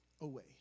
away